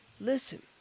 Listen